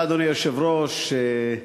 אדוני היושב-ראש, תודה,